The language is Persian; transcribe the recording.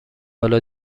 حالا